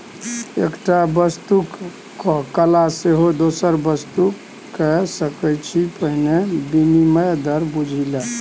एकटा वस्तुक क बदला सेहो दोसर वस्तु लए सकैत छी पहिने विनिमय दर बुझि ले